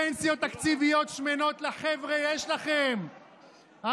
פנסיות תקציביות שמנות לחבר'ה יש לכם,